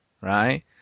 right